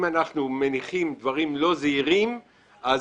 אם אנחנו מניחים דברים לא זהירים אז